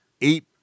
eight